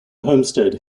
homestead